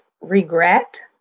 regret